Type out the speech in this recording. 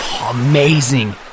Amazing